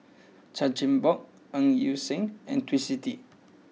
Chan Chin Bock Ng Yi Sheng and Twisstii